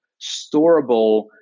storable